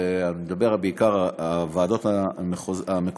אני מדבר בעיקר על הוועדות המקומיות,